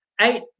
eight